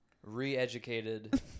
re-educated